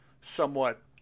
somewhat